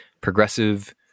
progressive